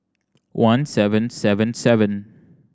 one seven seven seven